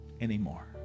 anymore